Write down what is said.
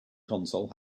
console